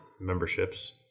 memberships